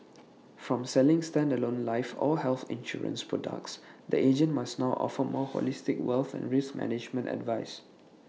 from selling standalone life or health insurance products the agent must now offer more holistic wealth and risk management advice